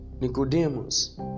Nicodemus